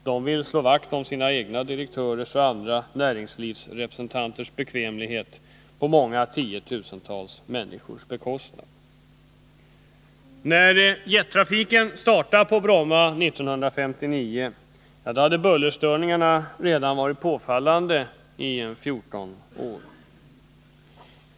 De vill slå vakt om sina egna direktörers och andra näringslivsrepresentanters bekvämlighet på många tiotusental människors bekostnad. När jettrafiken startade på Bromma 1959 hade bullerstörningarna redan varit påfallande i 14 år.